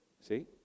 See